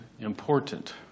important